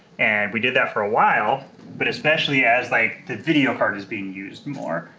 and we did that for a while but especially as like the video card is being used more.